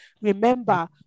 Remember